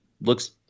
looks